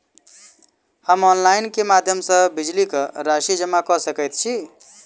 हम ऑनलाइन केँ माध्यम सँ बिजली कऽ राशि जमा कऽ सकैत छी?